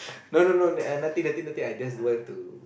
no no no uh nothing nothing nothing I just want to